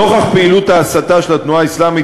נוכח פעילות ההסתה של התנועה האסלאמית,